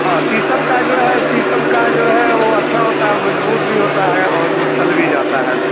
हाँ शीशम को जो है शीशम का जो है वह अच्छा होता है मज़बूत भी होता है और वह चल भी जाता है